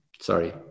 Sorry